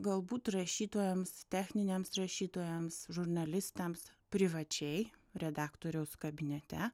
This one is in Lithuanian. galbūt rašytojams techniniams rašytojams žurnalistams privačiai redaktoriaus kabinete